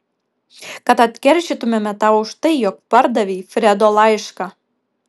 kad atkeršytumėme tau už tai jog pardavei fredo laišką